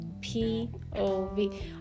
P-O-V